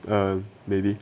um maybe